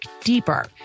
deeper